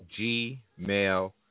gmail